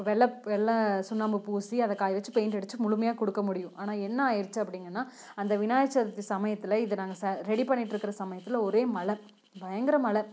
வெள்ளை வெள்ளை சுண்ணாம்பு பூசி அதை காய வச்சு பெயிண்ட் அடித்து முழுமையாக கொடுக்க முடியும் ஆனால் என்ன ஆகிடுச்சு அப்படிங்கன்னா அந்த விநாயகர் சதுர்த்தி சமயத்தில் இதை நாங்கள் ரெடி பண்ணிட்டுருக்குற சமயத்தில் ஒரே மழை பயங்கர மழை